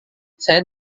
saya